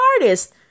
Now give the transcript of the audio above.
artist